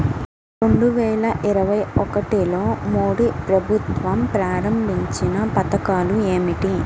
రెండు వేల ఇరవై ఒకటిలో మోడీ ప్రభుత్వం ప్రారంభించిన పథకాలు ఏమిటీ?